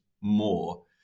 more